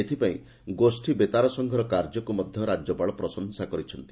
ଏଥିପାଇଁ ଗୋଷୀ ବେତାର ସଂଘର କାର୍ଯ୍ୟକୁ ମଧ୍ଧ ରାକ୍ୟପାଳ ପ୍ରଶଂସା କରିଛନ୍ତି